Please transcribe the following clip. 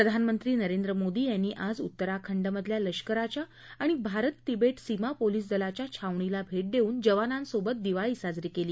प्रधानमंत्री नरेंद्र मोदी यांनी आज उत्तराखंडमधल्या लष्कराच्या आणि भारत तिबे सीमा पोलीस दलाच्या छावणीला भे दिऊन जवानांसोबत दिवाळी साजरी केली